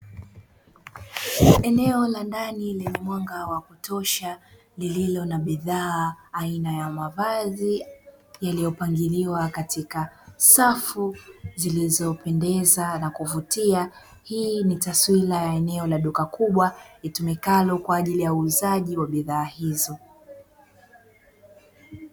Eneo la ndani lenye mwanga wa kutosha lililo na bidhaa aina ya mavazi, yaliyopangiliwa katika safu zilizopendeza na kuvutia. Hii ni taswira ya eneo la duka kubwa litumikalo kwa ajili ya uuzaji wa bidhaa hizo.